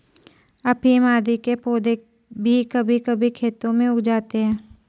अफीम आदि के पौधे भी कभी कभी खेतों में उग जाते हैं